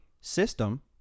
system